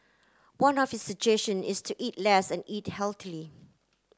one of his suggestion is to eat less and eat healthily